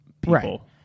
people